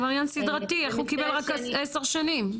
עבריין סדרתי, איך הוא קיבל רק עשר שנים?